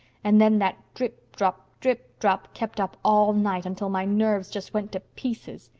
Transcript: and then that drip-drop, drip-drop kept up all night until my nerves just went to pieces.